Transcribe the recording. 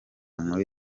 muri